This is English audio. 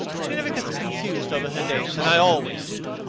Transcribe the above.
she never gets confused over her dates, and i always do.